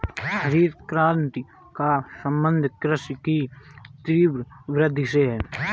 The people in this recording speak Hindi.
हरित क्रान्ति का सम्बन्ध कृषि की तीव्र वृद्धि से है